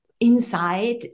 inside